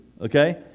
okay